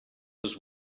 was